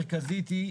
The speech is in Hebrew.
הבעיה המרכזית היא,